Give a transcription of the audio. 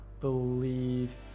believe